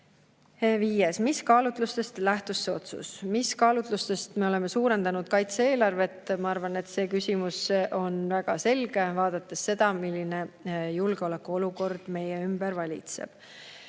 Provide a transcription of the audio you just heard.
Viies: "Mis kaalutlustest see otsus lähtus?" Mis kaalutlustest me oleme suurendanud kaitse-eelarvet? Ma arvan, et see on väga selge: vaadates seda, milline julgeolekuolukord meie ümber valitseb.